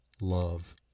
love